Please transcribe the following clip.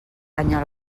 canya